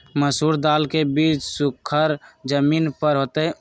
मसूरी दाल के बीज सुखर जमीन पर होतई?